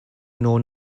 nor